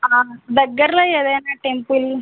దగ్గలో ఏదైనా టెంపుల్